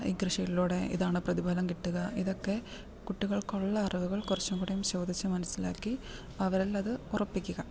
ഈ കൃഷിയിലൂടെ ഇതാണ് പ്രതിഫലം കിട്ടുക ഇതൊക്കെ കുട്ടികൾക്കുള്ള അറിവുകൾ കുറച്ചും കൂടീം ചോദിച്ച് മനസ്സിലാക്കി അവരിൽ അത് ഉറപ്പിക്കുക